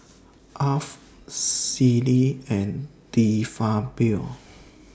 Alf Sealy and De Fabio